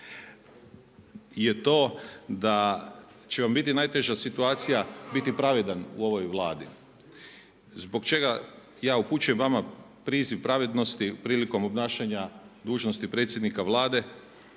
je to da će vam biti najteža situacija biti pravedan u ovoj Vladi. Zbog čega ja upućujem vama priziv pravednosti prilikom obnašanja dužnosti predsjednika Vlade